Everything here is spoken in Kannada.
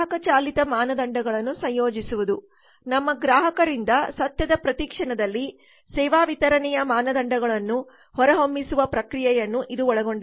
ಗ್ರಾಹಕ ಚಾಲಿತ ಮಾನದಂಡಗಳನ್ನು ಸಂಯೋಜಿಸುವುದು ನಮ್ಮ ಗ್ರಾಹಕರಿಂದ ಸತ್ಯದ ಪ್ರತಿ ಕ್ಷಣದಲ್ಲಿ ಸೇವಾ ವಿತರಣೆಯ ಮಾನದಂಡಗಳನ್ನು ಹೊರಹೊಮ್ಮಿಸುವ ಪ್ರಕ್ರಿಯೆಯನ್ನು ಇದು ಒಳಗೊಂಡಿದೆ